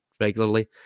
regularly